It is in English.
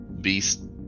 Beast